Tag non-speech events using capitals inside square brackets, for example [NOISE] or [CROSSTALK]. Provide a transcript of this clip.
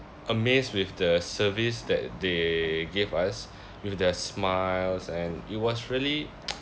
amazed with the service that they gave us with their smiles and it was really [NOISE]